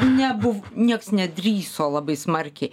nebuv niekas nedrįso labai smarkiai